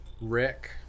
Rick